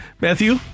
Matthew